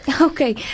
Okay